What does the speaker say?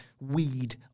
weed-